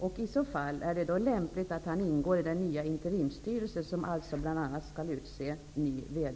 Om så är fallet undrar jag om det är lämpligt att han ingår i den nya interimsstyrelse som bl.a. skall utse ny VD.